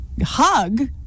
hug